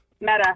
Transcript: Meta